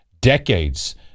decades